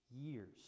years